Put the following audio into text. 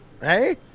Hey